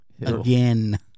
Again